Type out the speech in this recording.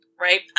Right